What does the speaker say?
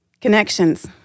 Connections